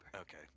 Okay